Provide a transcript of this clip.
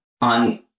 on